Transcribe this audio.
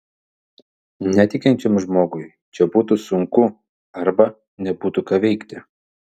netikinčiam žmogui čia būtų sunku arba nebūtų ką veikti